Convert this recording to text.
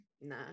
nah